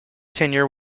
tenure